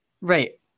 Right